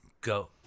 go